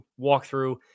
walkthrough